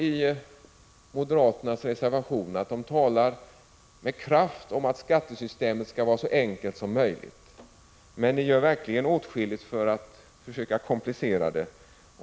I moderaternas reservation talas med kraft om att skattesystemet skall vara så enkelt som möjligt. Men ni gör verkligen åtskilligt för att försöka komplicera det.